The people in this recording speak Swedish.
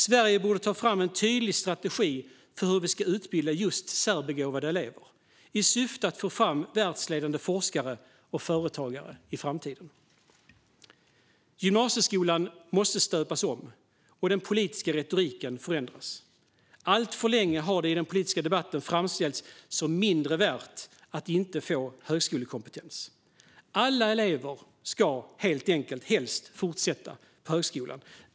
Sverige borde ta fram en tydlig strategi för hur vi ska utbilda just särbegåvade elever, i syfte att få fram världsledande forskare och företagare i framtiden. Gymnasieskolan måste stöpas om och den politiska retoriken förändras. Alltför länge har det i den politiska debatten framställts som mindre värt att inte få högskolekompetens. Alla elever ska helt enkelt helst fortsätta på högskolan.